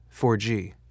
4G